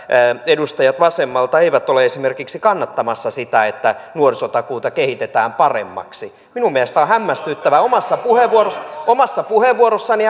edustajat vasemmalta eivät ole esimerkiksi kannattamassa sitä että nuorisotakuuta kehitetään paremmaksi minun mielestäni se on hämmästyttävää omassa puheenvuorossani omassa puheenvuorossani